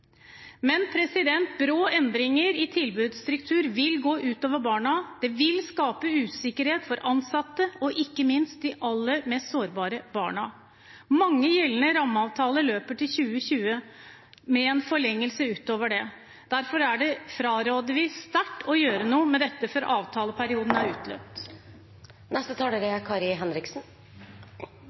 Brå endringer i tilbudsstruktur vil gå ut over barna. Det vil skape usikkerhet for ansatte og ikke minst for de aller mest sårbare barna. Mange gjeldende rammeavtaler løper til 2020, med en forlengelse utover det. Derfor fraråder vi sterkt å gjøre noe med dette før avtaleperioden er utløpt.